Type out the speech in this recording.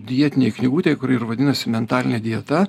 dietinėj knygutėj kur ir vadinasi mentalinė dieta